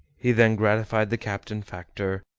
he then gratified the captain, factor,